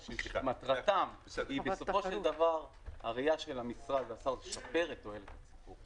מטרתם היא בסופו של דבר הראייה של המשרד והשר לשפר לתועלת הציבור.